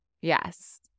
yes